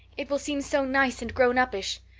it will seem so nice and grown-uppish.